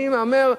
אני מהמר.